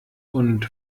und